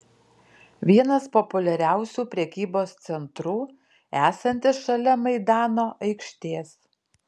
vienas populiariausių prekybos centrų esantis šalia maidano aikštės